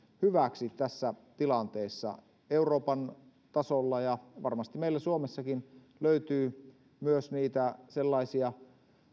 hyväksi tässä tilanteessa euroopan tasolla ja varmasti meillä suomessakin löytyy myös niitä sellaisia